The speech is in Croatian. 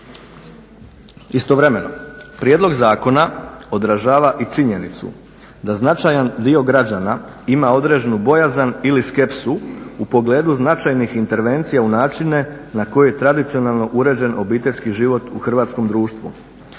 Istovremeno prijedlog zakona odražava i činjenicu da značajan dio građana ima određenu bojazan ili skepsu u pogledu značajnih intervencija u načine na koje je tradicionalno uređen obiteljski život u hrvatskom društvu.